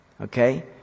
Okay